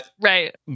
right